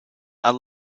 are